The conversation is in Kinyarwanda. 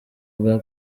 bwa